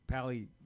Pally